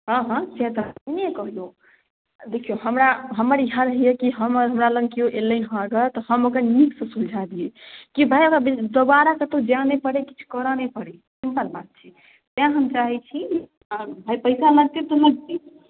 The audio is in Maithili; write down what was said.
हँ हँ से तऽ एखने कहलहुँ देखियौ हमरा हमर इएह रहैए कि हमरा लग केओ एलैए अगर तऽ हम ओकरा नीकसँ सुलझा दियै कि भाय अगर दोबारा कतहु जाय नहि पड़ै किछु करय नहि पड़ै सिंपल बात छै तैँ हम चाहै छी भाय पैसा लगतै तऽ लगतै